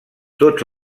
tots